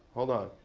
hold on.